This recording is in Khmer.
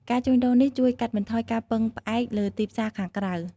ការជួញដូរនេះជួយកាត់បន្ថយការពឹងផ្អែកលើទីផ្សារខាងក្រៅ។